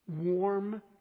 warm